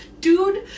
dude